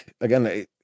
again